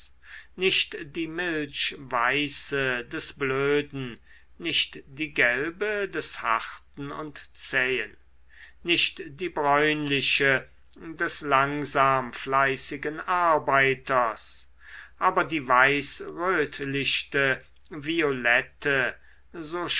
nicht die milchweiße des blöden nicht die gelbe des harten und zähen nicht die bräunliche des langsam fleißigen arbeiters aber die weißrötlichte violette so